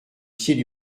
pieds